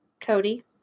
Cody